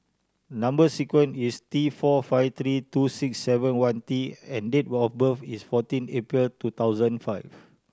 number sequence is T four five three two six seven one T and date of birth is fourteen April two thousand five